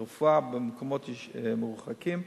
הרפואה, במקומות מרוחקים,